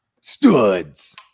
Studs